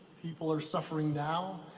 people are suffering now.